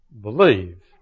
Believe